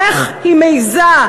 איך היא מעזה?